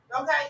Okay